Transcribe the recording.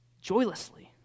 joylessly